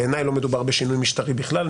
בעיניי לא מדובר בשינוי משטרי בכלל,